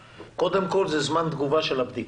קודם כל זה זמן תגובה של הבדיקה.